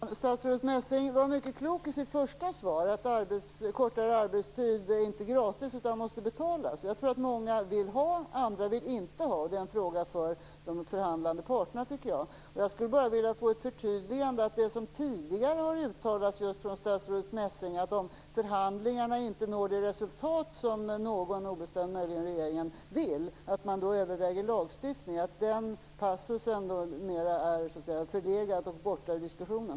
Herr talman! Statsrådet Messing var mycket klok i sitt första svar. Hon sade att kortare arbetstid inte är gratis utan måste betalas. Jag tror att många vill ha en kortare arbetstid. Andra vill inte ha en kortare arbetstid. Det är en fråga för de förhandlande parterna. Jag skulle bara vilja få ett förtydligande. Det gäller det som tidigare har uttalats av statsrådet Messing, nämligen att man överväger lagstiftning om det i förhandlingarna inte blir det resultat som någon obestämd, möjligen regeringen, vill. Är den passusen numera förlegad och borta ur diskussionen?